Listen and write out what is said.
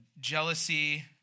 Jealousy